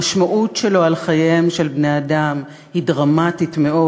המשמעות שלו לחייהם של בני-אדם היא דרמטית מאוד.